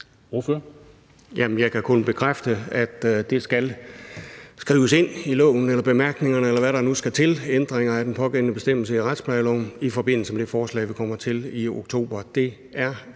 jeg kan kun bekræfte, at det skal skrives ind i loven eller bemærkningerne, eller hvad der nu skal til, altså ændringer af den pågældende bestemmelse i retsplejeloven i forbindelse med det forslag, vi kommer til i oktober.